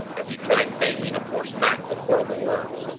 as he tried vainly to force back the horrible words.